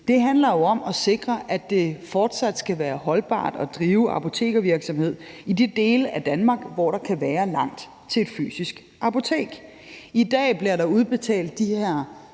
Det handler jo om at sikre, at det fortsat er holdbart at drive apotekervirksomhed i de dele af Danmark, hvor der kan være langt til et fysisk apotek. I dag bliver der jo udbetalt de her